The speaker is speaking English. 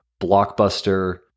Blockbuster